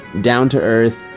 down-to-earth